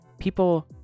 people